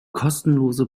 kostenlose